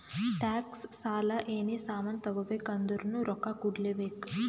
tax, ಸಾಲ, ಏನೇ ಸಾಮಾನ್ ತಗೋಬೇಕ ಅಂದುರ್ನು ರೊಕ್ಕಾ ಕೂಡ್ಲೇ ಬೇಕ್